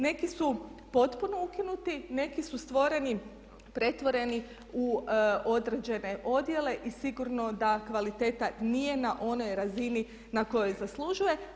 Neki su potpuno ukinuti, neki su stvoreni, pretvoreni u određene odjele i sigurno da kvaliteta nije na onoj razini na kojoj zaslužuje.